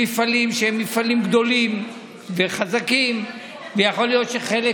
יעביר המון המון כסף לאנשים גדולים וחזקים ומעט מאוד